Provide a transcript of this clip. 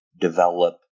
develop